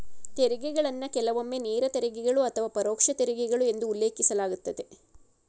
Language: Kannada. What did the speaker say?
ತೆರಿಗೆಗಳನ್ನ ಕೆಲವೊಮ್ಮೆ ನೇರ ತೆರಿಗೆಗಳು ಅಥವಾ ಪರೋಕ್ಷ ತೆರಿಗೆಗಳು ಎಂದು ಉಲ್ಲೇಖಿಸಲಾಗುತ್ತದೆ